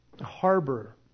harbor